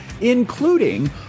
including